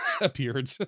appeared